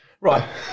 Right